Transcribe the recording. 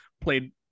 played